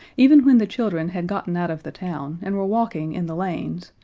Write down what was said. even when the children had gotten out of the town and were walking in the lanes,